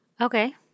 Okay